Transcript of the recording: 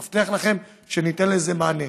אני מבטיח לכם שניתן לזה מענה.